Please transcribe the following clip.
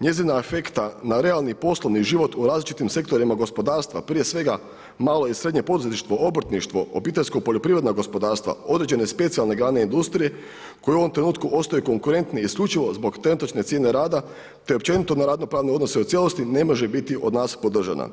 njezina efekta na realni poslovni život u različitom sektorima gospodarstva, prije svega malo i srednje poduzetništvo, obrtništvo, OPG-i, određene specijalne grane industrije koje u ovom trenutku ostaju konkurentni isključivo zbog trenutačne cijene rada te općenito na radno pravne odnose u cijelosti, ne može biti od nas podržana.